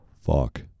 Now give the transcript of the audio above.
Fuck